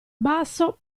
basso